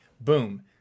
Boom